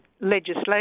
legislation